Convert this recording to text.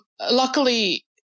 Luckily